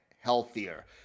healthier